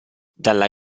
dalla